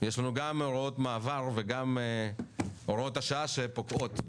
יש לנו גם הוראות מעבר וגם הוראות השעה שפוקעות.